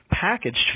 packaged